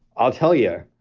i'll tell you,